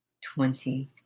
Twenty